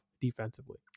defensively